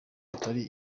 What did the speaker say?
atari